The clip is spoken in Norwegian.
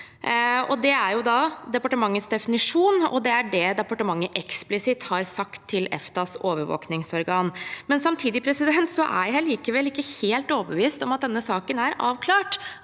Det er da departementets definisjon, og det er det departementet eksplisitt har sagt til EFTAs overvåkningsorgan. Samtidig er jeg likevel ikke helt overbevist om at denne saken er avklart,